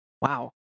Wow